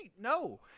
No